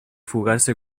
fugarse